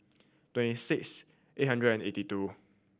twenty six eight hundred and eighty two